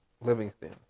Livingston